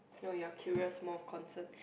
no you are curious more concern